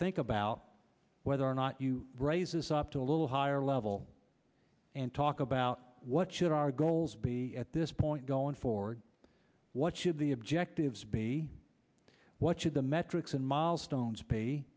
think about whether or not you raises up to a little higher level and talk about what should our goals be at this point going forward what should the objectives be what should the metrics and milestones